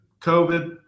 COVID